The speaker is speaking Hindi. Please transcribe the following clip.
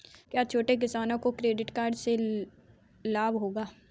क्या छोटे किसानों को किसान क्रेडिट कार्ड से लाभ होगा?